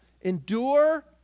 endure